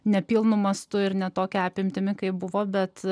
nepilnu mastu ir ne tokia apimtimi kaip buvo bet